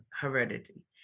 heredity